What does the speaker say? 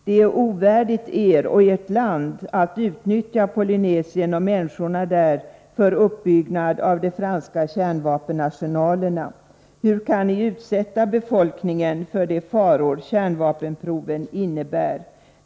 Det är ovärdigt Er och Ert land att utnyttja Polynesien och människorna där för uppbyggnad av de franska kärnvapenarsenalerna. Hur kan Ni utsätta befolkningen för de faror kärnvapenproven innebär?